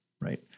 right